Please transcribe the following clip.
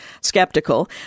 skeptical